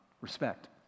respect